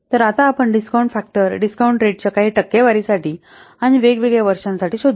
तर आता आपण डिस्काउंट फॅक्टर डिस्कॉऊंन्ट रेट च्या काही टक्केवारीसाठी आणि वेगवेगळ्या वर्षांसाठी शोधू